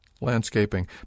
landscaping